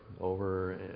over